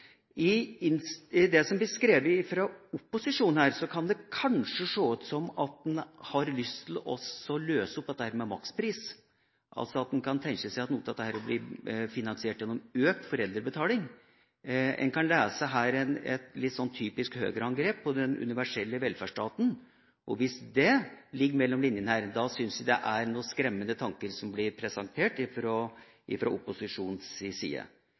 videre framover. I det som blir skrevet fra opposisjonen her, kan det kanskje se ut som om en har lyst til å løse opp dette med makspris, altså at en kan tenke seg at noe av dette blir finansiert gjennom økt foreldrebetaling. En kan her lese et typisk Høyre-angrep på den universelle velferdsstaten. Hvis dette ligger mellom linjene her, syns jeg det er skremmende tanker som blir presentert fra opposisjonens side.